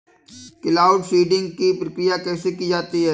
Cloud seeding की प्रक्रिया कैसे की जाती है?